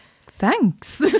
thanks